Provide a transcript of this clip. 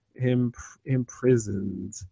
imprisoned